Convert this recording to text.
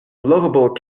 lovable